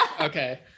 Okay